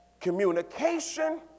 communication